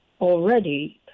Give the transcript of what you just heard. already